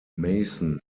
mason